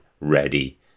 ready